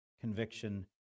conviction